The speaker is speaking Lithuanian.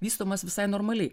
vystomas visai normaliai